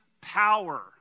power